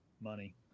money